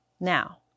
Now